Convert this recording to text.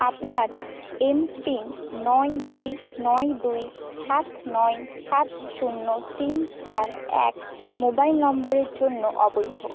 আপনার এমপিন নয় দুই নয় দুই সাত নয় সাত শূন্য তিন চার এক মোবাইল নম্বরের জন্য অবৈধ